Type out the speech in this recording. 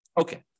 Okay